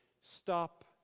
stop